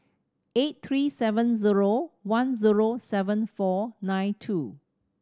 eight three seven zero one zero seven four nine two